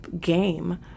game